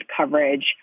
coverage